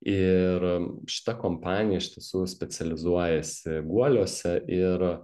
ir šita kompanija iš tiesų specializuojasi guoliuose ir